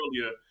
earlier